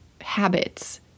habits